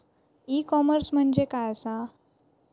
E commerce म्हणजे काय असा?